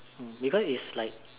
because it's like